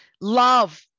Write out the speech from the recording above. Love